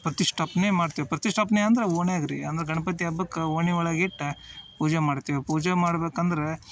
ಪ್ರತಿಷ್ಠಾಪನೆ ಮಾಡ್ತೀವಿ ಪ್ರತಿಷ್ಠಾಪ್ನೆ ಅಂದರೆ ಓಣ್ಯಾಗ ರೀ ಅಂದರೆ ಗಣಪತಿ ಹಬ್ಬಕ್ಕೆ ಓಣಿ ಒಳಗೆ ಇಟ್ಟು ಪೂಜೆ ಮಾಡ್ತೀವಿ ಪೂಜೆ ಮಾಡ್ಬೇಕಂದ್ರೆ